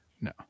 No